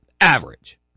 Average